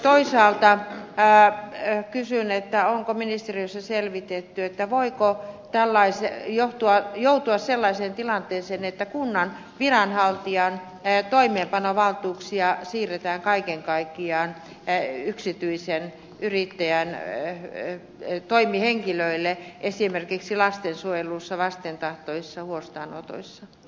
toisaalta kysyn onko ministeriössä selvitetty voiko joutua sellaiseen tilanteeseen että kunnan viranhaltijan toimeenpanovaltuuksia siirretään kaiken kaikkiaan yksityisen yrittäjän toimihenkilöille esimerkiksi lastensuojelussa vastentahtoisissa huostaanotoissa